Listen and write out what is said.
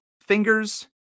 fingers